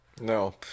No